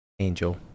Angel